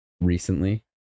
recently